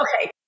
Okay